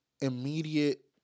immediate